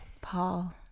Paul